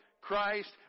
Christ